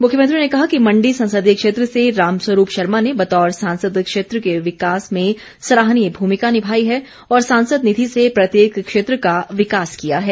मुख्यमंत्री ने कहा कि मण्डी संसदीय क्षेत्र से रामस्वरूप शर्मा ने बतौर सांसद क्षेत्र के विकास में सराहनीय भूमिका निभाई है और सांसद निधि से प्रत्येक क्षेत्र का विकास किया है